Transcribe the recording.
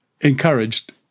encouraged